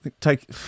take